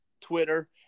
twitter